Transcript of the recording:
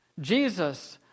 Jesus